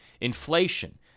inflation